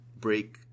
break